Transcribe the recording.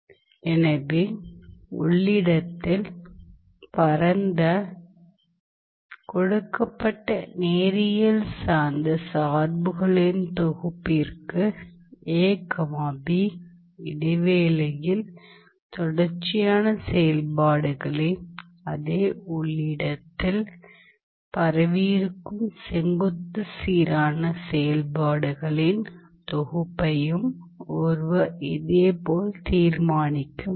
எனவே உள்ளிடத்தில் பரந்த கொடுக்கப்பட்ட நேரியல் சார்ந்த சார்புகளின் தொகுப்பிற்கு இடைவேளையில் தொடர்ச்சியான செயல்பாடுகளின் அதே உள்ளிடத்தில் பரவியிருக்கும் செங்குத்து சீரான செயல்பாடுகளின் தொகுப்பையும் ஒருவர் இதேபோல் தீர்மானிக்க முடியும்